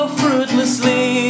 fruitlessly